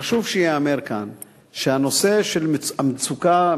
חשוב שייאמר כאן שהנושא של המצוקה,